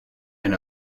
and